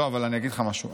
לא, אני אגיד לך משהו.